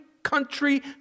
country